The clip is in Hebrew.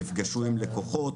נפגשו עם לקוחות